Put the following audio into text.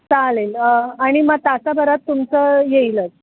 चालेल आणि मग तासा भरात तुमचं येईलच